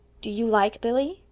do you like billy?